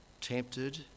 Tempted